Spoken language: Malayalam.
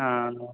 ആ